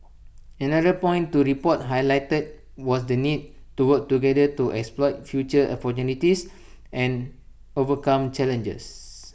another point to the report highlighted was the need to work together to exploit future opportunities and overcome challenges